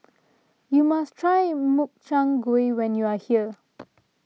you must try Makchang Gui when you are here